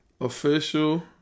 Official